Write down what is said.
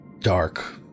dark